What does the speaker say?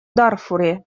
дарфуре